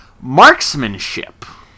marksmanship